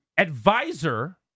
Advisor